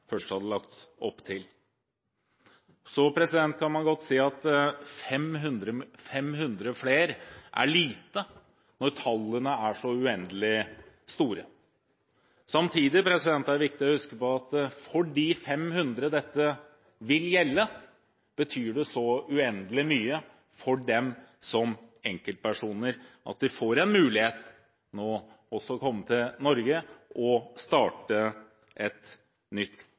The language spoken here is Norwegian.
først hadde lagt opp til. Man kan godt si at 500 flere er lite når tallene er så uendelig store. Samtidig er det viktig å huske på at for de 500 dette vil gjelde, betyr det så uendelig mye for dem som enkeltpersoner at de nå får en mulighet til å komme til Norge og starte et nytt